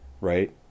right